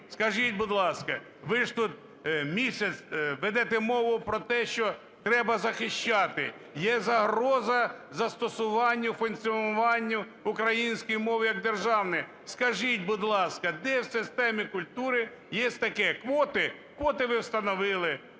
Скажіть, будь ласка, ви ж тут місяць ведете мову про те, що треба захищати, є загроза застосуванню, функціонуванню української мови як державної. Скажіть, будь ласка, де в системі культури є такі квоти, квоти ви встановили,